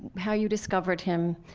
how you discovered him,